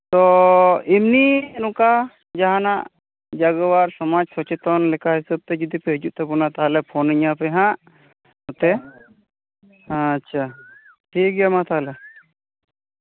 ᱟᱫᱚ ᱮᱢᱱᱤ ᱱᱚᱝᱠᱟ ᱡᱟᱦᱟᱱᱟᱜ ᱡᱟᱜᱽᱣᱟᱨ ᱥᱚᱢᱟᱡᱽ ᱥᱚᱪᱮᱛᱚᱱ ᱞᱮᱠᱟ ᱦᱤᱥᱟᱹᱵᱽ ᱛᱮ ᱡᱩᱫᱤ ᱦᱤᱡᱩᱜ ᱛᱟᱵᱚᱱᱟ ᱛᱟᱦᱞᱮ ᱯᱷᱳᱱᱤᱧᱟᱯᱮ ᱦᱟᱸᱜ ᱡᱟᱛᱮ ᱟᱪᱪᱷᱟ ᱴᱷᱤᱠ ᱜᱮᱭᱟ ᱢᱟ ᱛᱟᱦᱞᱮ